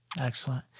Excellent